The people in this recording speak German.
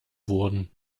wurden